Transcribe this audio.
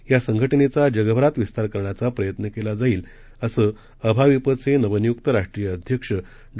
यासंघटनेचाजगभरातविस्तारकरण्याचाप्रयत्नकेलाजाईल असंअभाविपचेनवनियुक्तराष्ट्रीयअध्यक्षडॉ